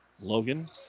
Logan